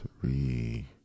three